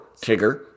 Tigger